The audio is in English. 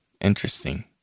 Interesting